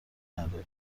نده